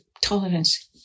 tolerance